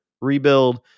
rebuild